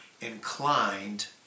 inclined